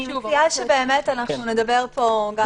אני מציעה שבאמת נדבר פה גם בינינו.